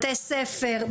בתי ספר,